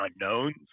unknowns